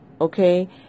okay